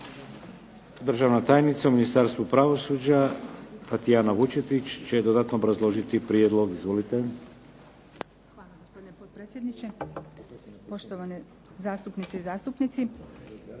Državna tajnica u Ministarstvu pravosuđa Tatijana Vučetić će dodatno obrazložiti prijedlog. Izvolite.